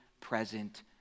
present